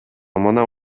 мына